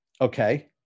Okay